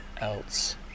else